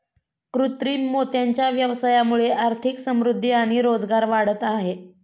कृत्रिम मोत्यांच्या व्यवसायामुळे आर्थिक समृद्धि आणि रोजगार वाढत आहे